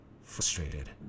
Frustrated